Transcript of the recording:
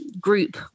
group